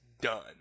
done